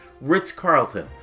Ritz-Carlton